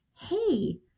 hey